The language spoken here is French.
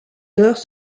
d’heures